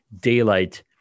daylight